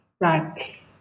Right